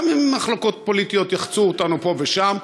גם אם מחלוקות פוליטיות יחצו אותנו פה ושם,